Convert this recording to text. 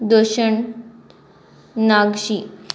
दशीन नावशी